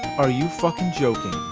are you fucking joking?